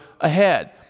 ahead